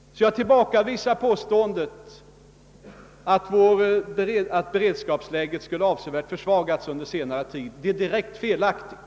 Jag tillbakavisar alltså påståendet att beredskapsläget skulle ha försvagats avsevärt under senare tid. Det är direkt felaktigt.